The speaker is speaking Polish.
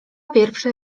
pierwszy